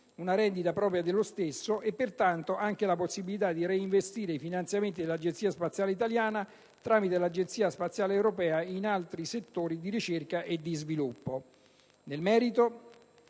una rendita propria dello stesso e, pertanto, anche la possibilità di reinvestire i finanziamenti dell'Agenzia spaziale italiana tramite l'Agenzia spaziale europea in altri settori di ricerca e di sviluppo.